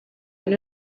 and